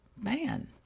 Man